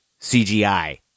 CGI